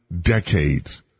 decades